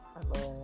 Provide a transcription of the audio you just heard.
Hello